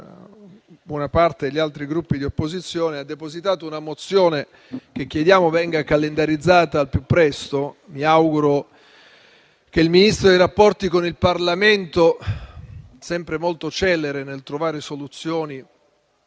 buona parte degli altri Gruppi di opposizione, ha depositato una mozione, che chiediamo venga calendarizzata al più presto. Mi auguro che il Ministro per i rapporti con il Parlamento, sempre molto celere nel trovare soluzioni